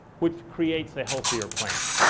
which creates a healthier plant.